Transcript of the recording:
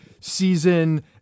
season